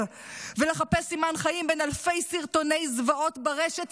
ולחפש סימן חיים בין אלפי סרטוני זוועות ברשת,